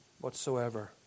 whatsoever